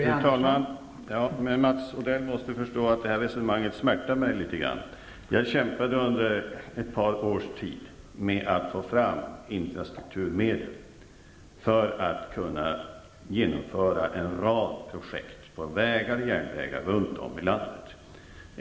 Fru talman! Mats Odell måste förstå att det här resonemanget smärtar mig litet grand. Jag kämpade under ett par års tid med att få fram infrastrukturmedel för att kunna genomföra en rad projekt på vägar och järnvägar runt om i landet.